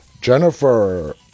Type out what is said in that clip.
Jennifer